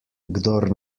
kdor